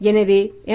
எனவே M